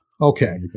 Okay